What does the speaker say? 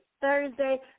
Thursday